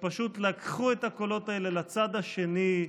ופשוט לקחו את הקולות האלה לצד השני,